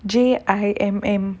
J I M M